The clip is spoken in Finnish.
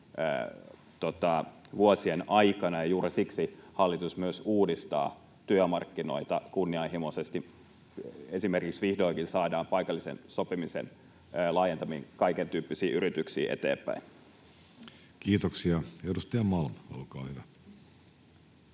vuosien aikana, ja juuri siksi hallitus myös uudistaa työmarkkinoita kunnianhimoisesti. Esimerkiksi vihdoinkin saadaan paikallisen sopimisen laajentaminen kaikentyyppisiin yrityksiin eteenpäin. [Speech 83] Speaker: Jussi Halla-aho